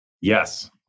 yes